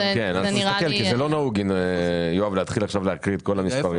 יואב, לא נהוג להקריא את כל המספרים.